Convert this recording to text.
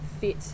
fit